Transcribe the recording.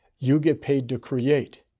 you get paid to create.